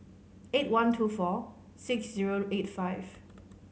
eight one two four six zero eight five